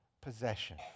possession